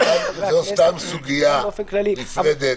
זאת סתם סוגיה נפרדת